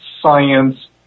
science